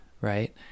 right